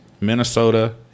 Minnesota